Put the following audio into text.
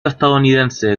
estadounidense